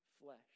flesh